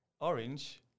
orange